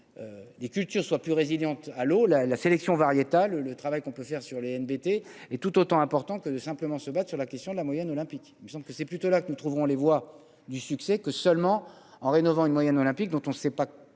que les des cultures soient plus résilientes à eau la la sélection variétale le travail qu'on peut faire sur les embêter et tout autant important que de simplement se battre sur la question de la moyenne olympique, il me semble que c'est plutôt là que nous trouverons les voies du succès que seulement en rénovant une moyenne olympique dont on ne sait pas